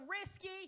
risky